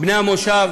בני המושב,